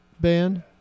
band